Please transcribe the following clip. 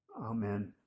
Amen